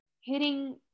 hitting